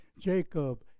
Jacob